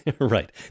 Right